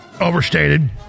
overstated